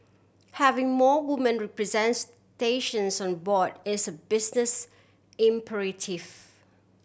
having more woman representations on board is a business imperative